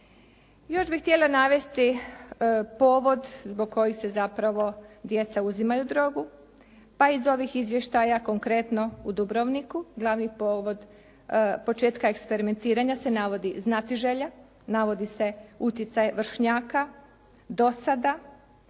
Još bih htjela navesti povod zbog kojih zapravo djeca uzimaju drogu. Pa iz ovih izvještaja konkretno u Dubrovniku glavni povod početka eksperimentiranja se navodi znatiželja, navodi se uticaj vršnjaka do sada